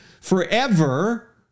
forever